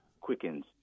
quickens